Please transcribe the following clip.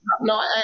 No